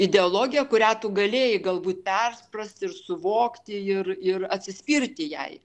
ideologija kurią tu galėjai galbūt perprasti ir suvokti ir ir atsispirti jai